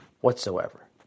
whatsoever